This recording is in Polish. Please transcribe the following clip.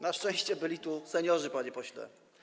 Na szczęście byli tu seniorzy, panie pośle.